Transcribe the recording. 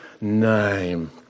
name